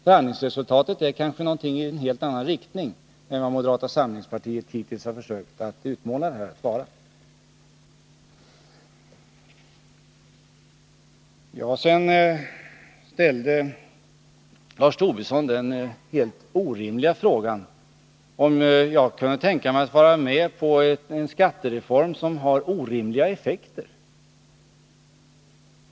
Förhandlingsresultatet får kanske en helt annan bedömning än moderata samlingspartiet har försökt ge det hittills. Sedan ställde Lars Tobisson den helt omöjliga frågan, om jag kunde tänka mig att vara med på en skattereform som får orimliga effekter.